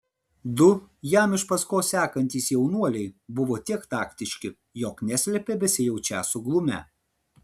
du jam iš paskos sekantys jaunuoliai buvo tiek taktiški jog neslėpė besijaučią suglumę